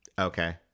Okay